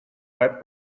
web